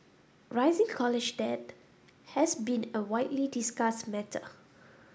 rising college debt has been a widely discussed matter